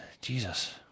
Jesus